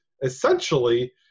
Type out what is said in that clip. essentially